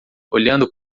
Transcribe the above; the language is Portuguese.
olhando